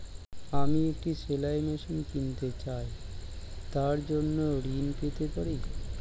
আমি একটি সেলাই মেশিন কিনতে চাই তার জন্য ঋণ পেতে পারি?